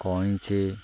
କଇଁଚି